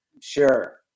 Sure